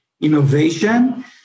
innovation